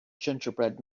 gingerbread